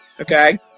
okay